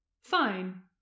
Fine